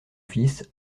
fils